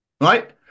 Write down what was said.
right